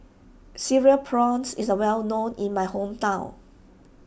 Cereal Prawns is well known in my hometown